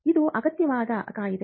ಇದು ಅಗತ್ಯವಾದ ಕಾಯಿದೆ